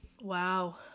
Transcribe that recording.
Wow